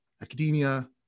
academia